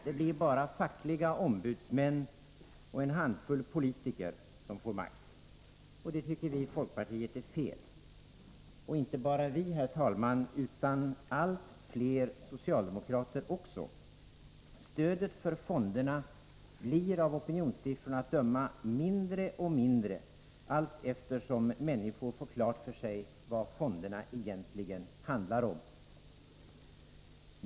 Det blir bara fackliga ombudsmän och en handfull politiker som får makt. Det tycker vi i folkpartiet är fel. Och inte bara vi, herr talman, utan allt fler socialdemokrater också. Stödet för fonderna blir av opinionssiffrorna att döma mindre och mindre allt eftersom människor får klart för sig vad fonderna egentligen handlar om.